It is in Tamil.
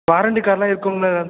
வாரண்டி கார்டெலாம் இருக்குமில